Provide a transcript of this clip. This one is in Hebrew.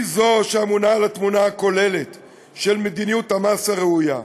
היא זו שאמונה על התמונה הכוללת של מדיניות המס הראויה.